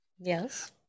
Yes